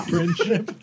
Friendship